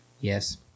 Yes